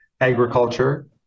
agriculture